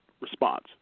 response